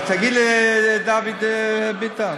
תגיד לי, דוד ביטן,